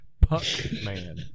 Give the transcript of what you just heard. Puck-Man